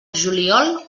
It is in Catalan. juliol